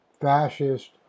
fascist